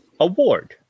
Award